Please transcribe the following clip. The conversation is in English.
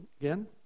again